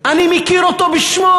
אני מכיר אותו בשמו.